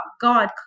god